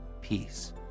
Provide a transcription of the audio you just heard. Peace